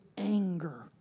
Anger